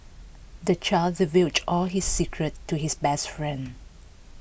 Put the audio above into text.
the child divulged all his secrets to his best friend